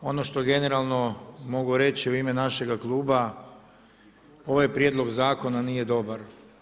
Ono što generalno mogu reći u ime našega kluba, ovaj prijedlog zakona nije dobar.